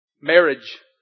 Marriage